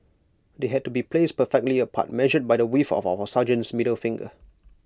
they had to be placed perfectly apart measured by the width of our sergeants middle finger